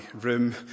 room